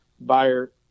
buyer –